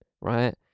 right